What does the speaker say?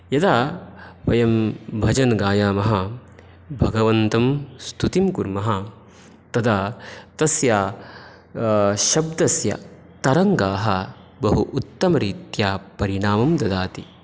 यदा वयं भजन् गायामः भगवन्तं स्तुतिं कुर्मः तदा तस्य शब्दस्य तरङ्गाः बहु उत्तमरीत्या परिणामं ददाति